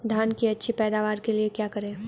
धान की अच्छी पैदावार के लिए क्या करें?